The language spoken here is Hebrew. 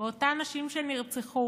ואותן נשים שנרצחו